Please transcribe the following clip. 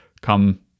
come